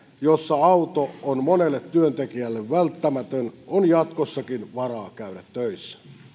jossa auto on monelle työntekijälle välttämätön on jatkossakin varaa käydä töissä